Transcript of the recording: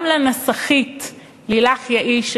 גם ללילך יעיש,